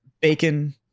bacon